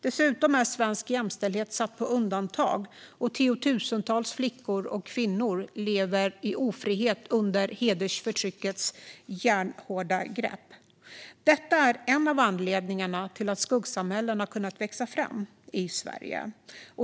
Dessutom är svensk jämställdhet satt på undantag, och tiotusentals flickor och kvinnor lever i ofrihet under hedersförtryckets järnhårda grepp. Detta är en av anledningarna till att skuggsamhällen har kunnat växa fram i Sverige.